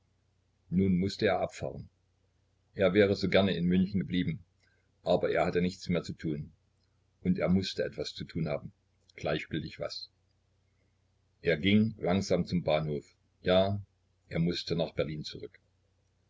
nun mußte er abfahren er wäre so gerne in münchen geblieben aber er hatte nichts mehr zu tun und er mußte etwas zu tun haben gleichgültig was er ging langsam zum bahnhof ja er mußte nach berlin zurück